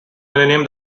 millennium